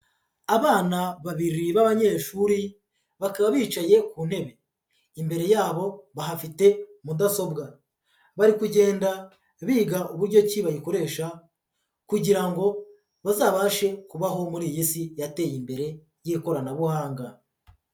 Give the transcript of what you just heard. Abana babiri b'abanyeshuri, bakaba bicaye ku ntebe. Imbere yabo bahafite mudasobwa, bari kugenda biga uburyo ki bayikoresha kugira ngo bazabashe kubaho muri iy'isi yateye imbere y'ikoranabuhanga.